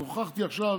אז הוכחתי עכשיו